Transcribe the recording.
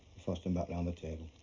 first and back round the table.